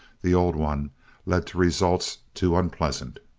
the old one led to results too unpleasant.